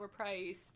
overpriced